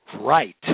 Right